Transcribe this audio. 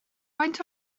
faint